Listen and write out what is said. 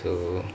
oh